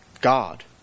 God